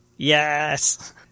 Yes